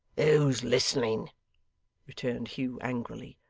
who's listening returned hugh angrily.